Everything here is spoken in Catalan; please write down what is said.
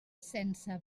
sense